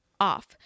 off